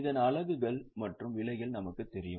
இதன் அலகுகள் மற்றும் விலைகள் நமக்கு தெரியும்